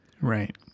Right